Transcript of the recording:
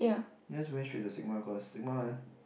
yes went straight to the stigma because stigma one